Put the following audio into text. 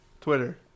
Twitter